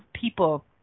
people